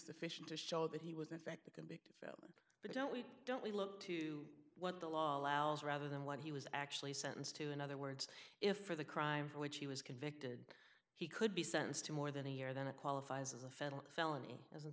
sufficient to show that he was in fact the can be but don't we don't we look to what the law allows rather than what he was actually sentenced to in other words if for the crime for which he was convicted he could be sentenced to more than a year then it qualifies as a federal felony isn't